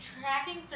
tracking